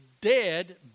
dead